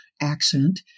accent